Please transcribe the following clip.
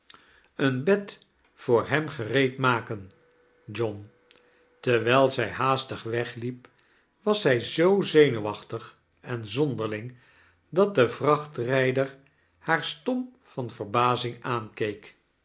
een dickens kerstvertellingen bed voor hem gereed makem john terwijl zij haastdg wegliep was zij zoo zenuwachtig en zonderling dat de vrachtrijder haar stom van verbazing aankeek